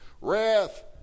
Wrath